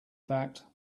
fact